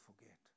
forget